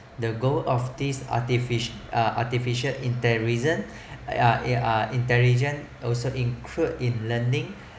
the goals of these artificial uh artificial intelligence uh intelligence also include in learning